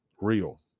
real